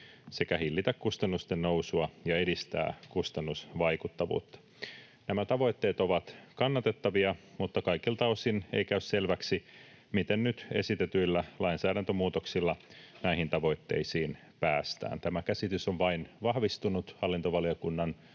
sekä hillitä kustannusten nousua ja edistää kustannusvaikuttavuutta. Nämä tavoitteet ovat kannatettavia, mutta kaikilta osin ei käy selväksi, miten nyt esitetyillä lainsäädäntömuutoksilla näihin tavoitteisiin päästään. Tämä käsitys on vain vahvistunut hallintovaliokunnan